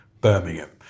Birmingham